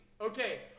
Okay